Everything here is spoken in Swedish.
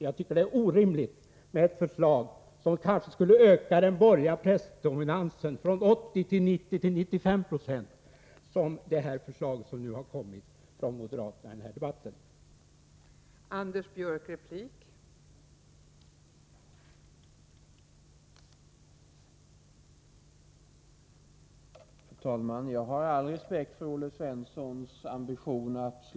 Jag tycker det är orimligt med ett förslag som kanske skulle öka den borgerliga pressens dominans från 80 till 90 eller 95 96, och det skulle det förslag som har kommit från moderaterna i den här debatten göra.